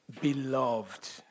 beloved